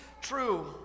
true